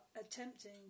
attempting